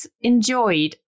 Enjoyed